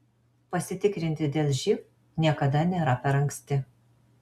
pasitikrinti dėl živ niekada nėra per anksti